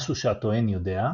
משהו שהטוען יודע.